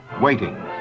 waiting